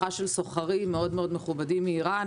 משפחה של סוחרים מאוד-מאוד מכובדים מאיראן